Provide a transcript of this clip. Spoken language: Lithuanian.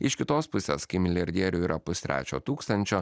iš kitos pusės kai milijardierių yra pustrečio tūkstančio